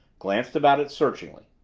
glanced about it searchingly.